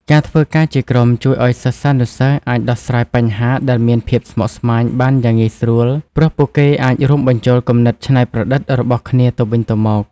ការធ្វើការជាក្រុមជួយឲ្យសិស្សានុសិស្សអាចដោះស្រាយបញ្ហាដែលមានភាពស្មុគស្មាញបានយ៉ាងងាយស្រួល ព្រោះពួកគេអាចរួមបញ្ចូលគំនិតច្នៃប្រឌិតរបស់គ្នាទៅវិញទៅមក។